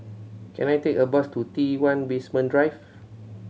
can I take a bus to T One Basement Drive